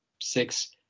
six